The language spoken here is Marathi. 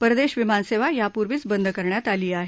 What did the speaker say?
परदेश विमानसेवा यापूर्वीच बंद करण्यात आली आहे